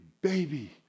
baby